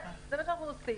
זה מה שאנחנו עושים.